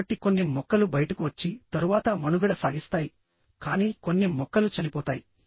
కాబట్టి కొన్ని మొక్కలు బయటకు వచ్చి తరువాత మనుగడ సాగిస్తాయి కానీ కొన్ని మొక్కలు చనిపోతాయి